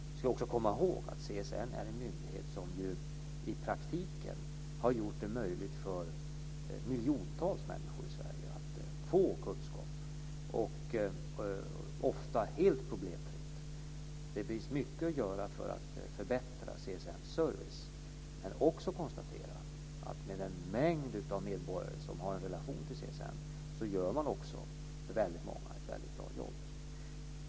Vi ska också komma ihåg att CSN är en myndighet som i praktiken har gjort det möjligt för miljontals människor i Sverige att få kunskap, och ofta helt problemfritt. Det finns mycket att göra för att förbättra CSN:s service. Men jag kan konstatera att man med tanke på den mängd av medborgare som har en relation till CSN för många också gör ett väldigt bra jobb.